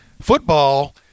Football